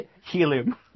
Helium